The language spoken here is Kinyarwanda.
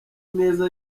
ineza